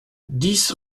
dix